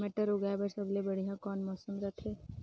मटर उगाय बर सबले बढ़िया कौन मौसम रथे?